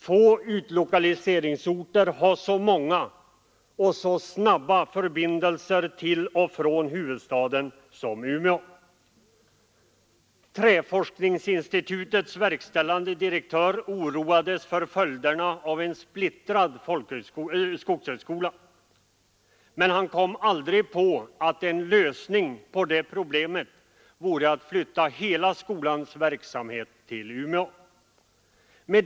Få utlokaliseringsorter har så många och så snabba förbindelser till och från huvudstaden som Umeå. Träforskningsinstitutets verkställande direktör oroades för följderna av en splittrad skogshögskola. Men han kom aldrig på att en lösning på det problemet vore att flytta hela skolans verksamhet till Umeå.